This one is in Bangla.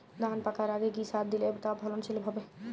ধান পাকার আগে কি সার দিলে তা ফলনশীল হবে?